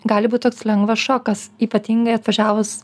gali būti toks lengvas šokas ypatingai atvažiavus